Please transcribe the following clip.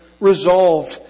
resolved